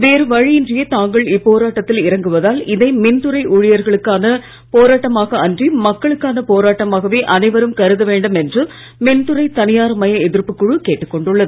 வேறு வழியின்றியே தாங்கள் இப்போராட்டத்தில் இறங்குவதால் இதை மின்துறை ஊழியர்களுக்கான போராட்டமாக அன்றி மக்களுக்கான போராட்டமாகவே அனைவரும் கருத வேண்டும் என்று மின்துறை தனியார் மய எதிர்ப்பு குழு கேட்டுக் கொண்டுள்ளது